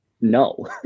no